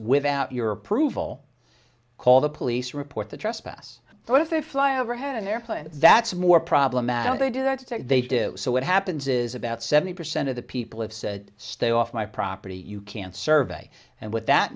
without your approval call the police report the trespass but if they fly overhead an airplane that's more problematic if they do that they do so what happens is about seventy percent of the people have said stay off my property you can't survey and what that